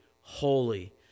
holy